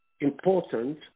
important